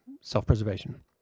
Self-preservation